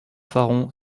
faron